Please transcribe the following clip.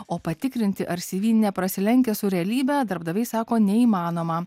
o patikrinti ar cv neprasilenkia su realybe darbdaviai sako neįmanoma